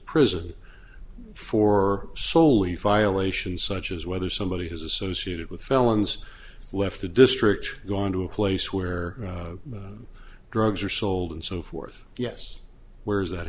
prison for soli file ation such as whether somebody has associated with felons left a district gone to a place where drugs are sold and so forth yes where is that